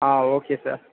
ah okay sir